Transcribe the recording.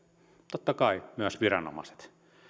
totta kai myös viranomaiset